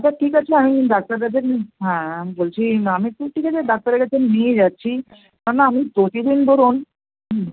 আচ্ছা ঠিক আছে আমি ডাক্তারের কাছে হ্যাঁ বলছি আমি ঠিক আছে আমি ডাক্তারের কাছে নিয়ে যাচ্ছি কেননা আমি প্রতিদিন ধরুন হুম